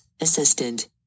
Assistant